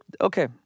okay